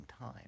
time